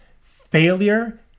failure